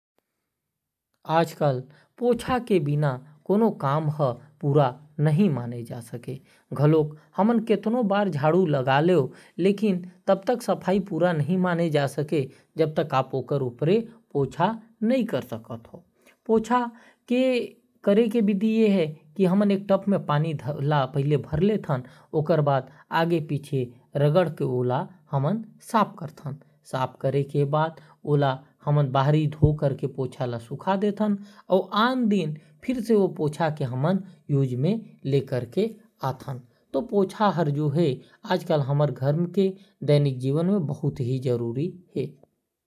आज कल पूछा के बिना कोई भी काम हर पूरा नहीं माना जायल। हमन केतना भी झाड़ू लगा ली लेकिन बिना पूछा के ओहर अधूरे रहेल। पूछा करे के विधि ये है कि टब में पानी रख के ओमए डूबा डूबा के पूछा कर थी और फिर ओके सूखा दे थी दुसर दिन फिर उपयोग में ला थी।